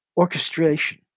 orchestration